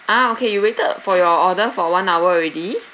ah okay you waited for your order for one hour already